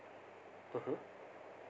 (uh huh)